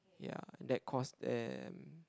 ya that cost them